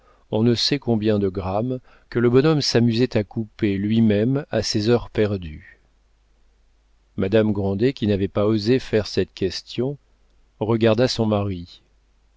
on ne sait combien de grammes que le bonhomme s'amusait à couper lui-même à ses heures perdues madame grandet qui n'avait pas osé faire cette question regarda son mari